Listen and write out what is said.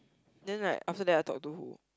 then like after that I talk to who